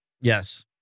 Yes